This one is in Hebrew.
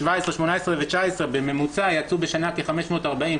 2018 ו-2019 בממוצע יצאו בשנה כ-540,